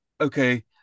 okay